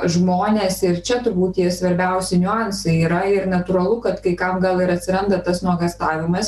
žmonės ir čia turbūt tie svarbiausi niuansai yra ir natūralu kad kai kam gal ir atsiranda tas nuogąstavimas